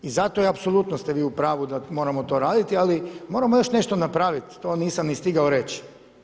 I zato apsolutno ste vi u pravu da moramo to raditi, ali moramo još nešto napraviti, to nisam ni stigao reći.